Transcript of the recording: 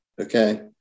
Okay